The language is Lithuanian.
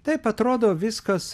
taip atrodo viskas